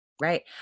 Right